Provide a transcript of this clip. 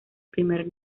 primer